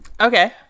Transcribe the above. Okay